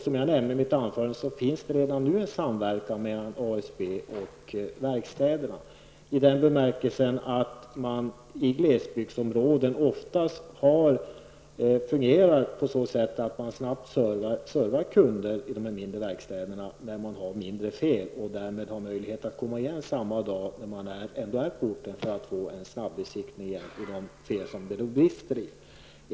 Som jag sade i mitt anförande sker redan nu en samverkan mellan ASB och verkstäderna. I glesbygdsområden fungerar det oftast så att man servar kunder på de mindre verkstäderna när det rör sig om mindre fel. Man har då möjlighet att komma igen samma dag när man ändå är på orten och få en snabbesiktning av felen.